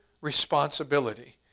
responsibility